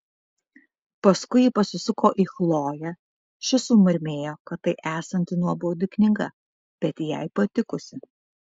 paskui ji pasisuko į chloję ši sumurmėjo kad tai esanti nuobodi knyga bet jai patikusi